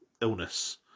illness